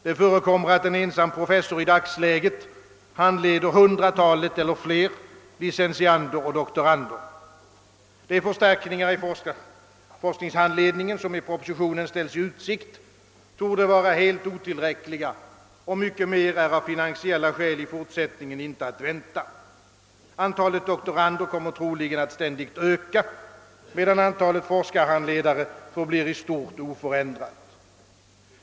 Det förekommer att en ensam professor i dagsläget handleder hundratalet eller fler licentiander och doktorander. De förstärkningar av forskarhandledningen som i propositionen ställs i utsikt torde vara helt otillräckliga, och mycket fler lär av finansiella skäl i fortsättningen inte vara att vänta. Antalet doktorander kommer troligen att ständigt öka, medan antalet forskarhandledare förblir i stort oförändrat.